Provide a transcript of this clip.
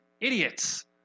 idiots